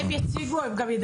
הם יציגו את עצמם והם גם ידברו.